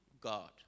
God